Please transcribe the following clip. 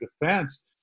defense